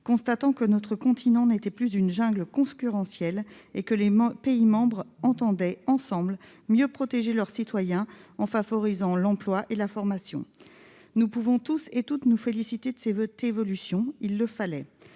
constat que notre continent n'était plus une « jungle concurrentielle » et que les pays membres entendaient, ensemble, mieux protéger leurs citoyens en favorisant l'emploi et la formation. Nous pouvons toutes et tous nous féliciter de cette évolution nécessaire.